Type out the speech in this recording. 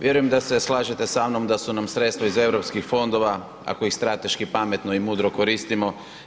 Vjerujem da se slažete samnom da su nam sredstva iz eu fondova ako ih strateški pametno i mudro koristimo.